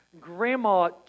Grandma